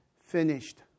finished